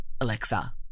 Alexa